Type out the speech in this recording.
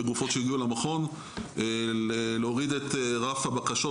וגופות שהגיעו למכון להוריד את רף הבקשות